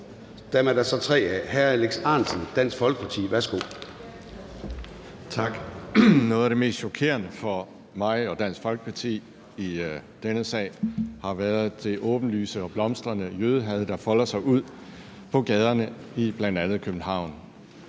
giver først ordet til hr. Alex Ahrendtsen, Dansk Folkeparti. Værsgo. Kl. 09:39 Alex Ahrendtsen (DF): Noget af det mest chokerende for mig og Dansk Folkeparti i denne sag har været det åbenlyse og blomstrende jødehad, der folder sig ud på gaderne i bl.a. København.